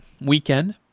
weekend